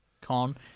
con